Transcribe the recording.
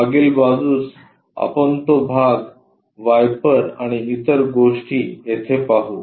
मागील बाजूसआपण तो भाग वायपर आणि इतर गोष्टी येथे पाहू